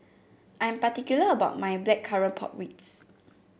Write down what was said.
I am particular about my Blackcurrant Pork Ribs